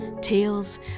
Tales